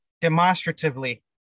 Demonstratively